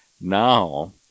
Now